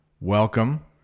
Welcome